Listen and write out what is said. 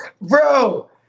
bro